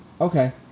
Okay